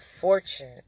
Fortune